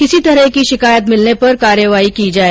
किसी तरह की शिकायत मिलने पर कार्रवाई की जाए